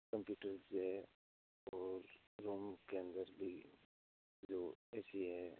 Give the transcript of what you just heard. computer वो room के अंदर भी जो ए सी है